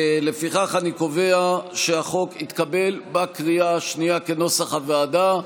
לפיכך אני קובע שהחוק התקבל בקריאה השנייה כנוסח הוועדה.